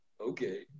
Okay